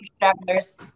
travelers